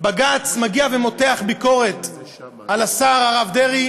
בג"ץ מגיע ומותח ביקורת על השר הרב דרעי